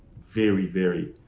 very, very,